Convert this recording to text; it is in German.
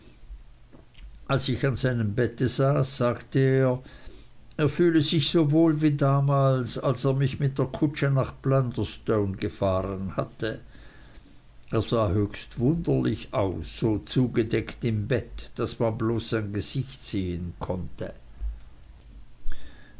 als ich an seinem bette saß sagte er er fühle sich so wohl wie damals als er mich mit der kutsche nach blunderstone gefahren hatte er sah höchst wunderlich aus so zugedeckt im bett daß man bloß sein gesicht sehen konnte